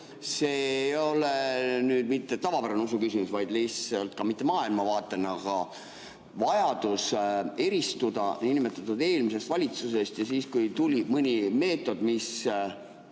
See ei ole mitte tavapärane usuküsimus, ka mitte maailmavaatena, aga vajadus eristuda eelmisest valitsusest ja siis, kui tuli mõni meetod, mis